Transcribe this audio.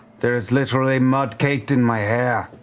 there's literally mud caked in my hair.